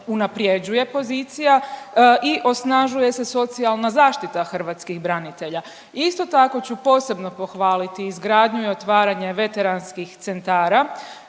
unaprjeđuje pozicija i osnažuje se socijalna zaštita hrvatskih branitelja. Isto tako ću posebno pohvaliti izgradnji i otvaranje veteranskih centara